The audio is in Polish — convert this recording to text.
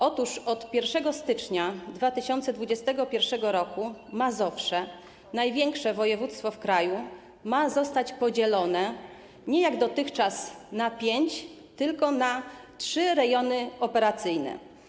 Otóż od 1 stycznia 2021 r. Mazowsze, największe województwo w kraju, ma zostać podzielone nie jak dotychczas na pięć, tylko na trzy rejony operacyjne.